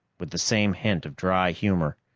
with the same hint of dry humor.